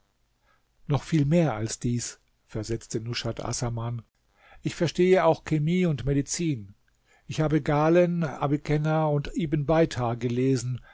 noch viel mehr als dies versetzte nushat assaman ich verstehe auch chemie und medizin ich habe galen avicenna und ibn beitar gelesen